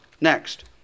Next